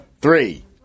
Three